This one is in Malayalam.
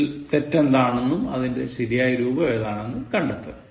ഇതിൽ തെറ്റു എന്താണെന്നും ഇതിൻറെ ശരിയായ രൂപം ഏതാണെന്നും കണ്ടെത്തുക